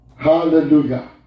Hallelujah